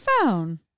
phone